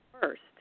first